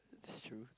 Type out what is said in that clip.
that's true